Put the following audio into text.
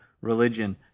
religion